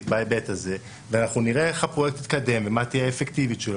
בהיבט הזה ואנחנו נראה איך הפרויקט יתקדם ומה תהיה האפקטיביות שלו.